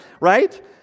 right